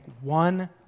one